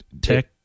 Tech